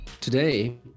Today